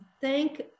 thank